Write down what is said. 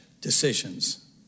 decisions